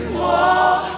more